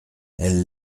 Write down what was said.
elle